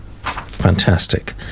Fantastic